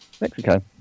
Mexico